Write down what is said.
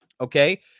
Okay